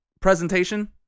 presentation